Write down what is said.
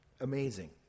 amazing